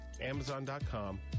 Amazon.com